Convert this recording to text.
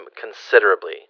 considerably